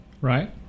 Right